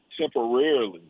temporarily